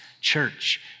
church